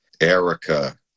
erica